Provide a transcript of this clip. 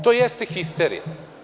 To jeste histerija.